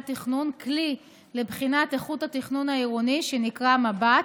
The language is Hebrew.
תכנון כלי לבחינת איכות התכנון העירוני שנקרא "מבט".